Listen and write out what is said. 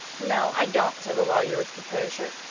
no, i don't, said the lawyer, with composure,